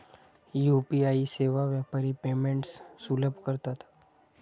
UPI सेवा व्यापारी payments सुलभ करतात